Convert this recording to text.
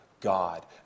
God